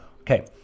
Okay